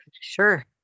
sure